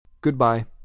Goodbye